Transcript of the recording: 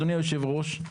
אדוני היושב-ראש,